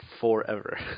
Forever